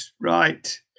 right